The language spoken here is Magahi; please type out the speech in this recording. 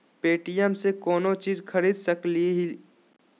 पे.टी.एम से कौनो चीज खरीद सकी लिय?